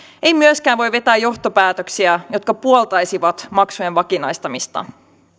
ei myöskään voi vetää johtopäätöksiä jotka puoltaisivat maksujen vakinaistamista